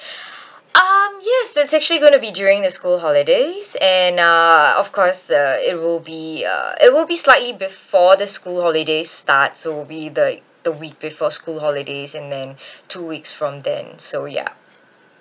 um yes that's actually going to be during the school holidays and uh of course uh it will be uh it will be slightly before the school holidays start so it will be the the week before school holidays and then two weeks from then so yup